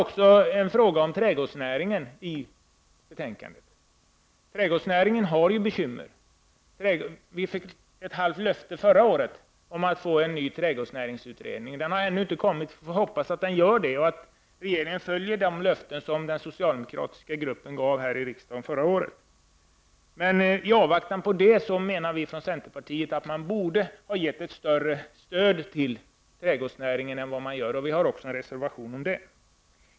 Även en fråga som gäller trädgårdsnäringen behandlas i betänkandet. Trädgårdsnäringen har ju bekymmer. Vi fick förra året ett halvt löfte om att få en ny trädgårdsnäringsutredning. Denna har ännu inte tillsatts, men vi hoppas att så kommer att bli fallet och att regeringen sålunda uppfyller de löften som den socialdemokratiska gruppen gav i riksdagen förra året. I avvaktan på detta anser vi i centerpartiet att man borde ha gett ett större stöd till trädgårdsnäringen än vad utskottsmajoriteten föreslår, och vi har därför en reservation på den punkten.